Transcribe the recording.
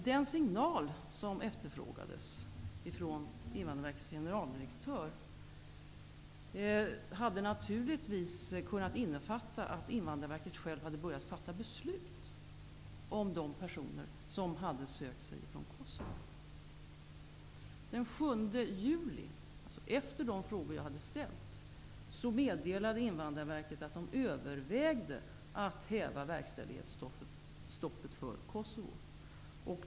Den signal som efterfrågades från Invandrarverkets generaldirektör hade naturligtvis kunnat innefatta att Invandrarverket självt hade börjat fatta beslut om de personer som hade sökt sig från Kosovo. Den 7 juli, alltså efter det att jag hade ställt mina frågor, meddelade Invandrarverket att man övervägde att häva verkställighetsstoppet för Kosovo.